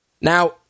Now